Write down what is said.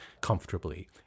comfortably